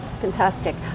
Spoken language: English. Fantastic